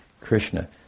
Krishna